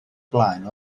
blaen